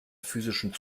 physischen